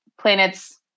planets